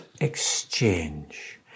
exchange